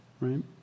right